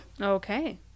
Okay